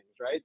right